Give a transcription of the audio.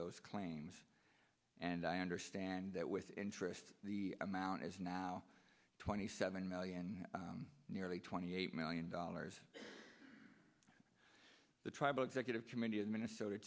those claims and i understand that with interest the amount is now twenty seven million nearly twenty eight million dollars the tribal executive committee of minnesota